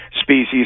species